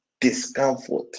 discomfort